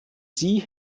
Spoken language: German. sie